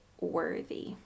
worthy